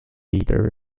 leader